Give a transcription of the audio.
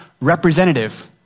representative